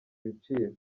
ibiciro